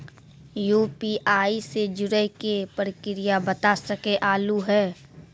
UPI से जुड़े के प्रक्रिया बता सके आलू है?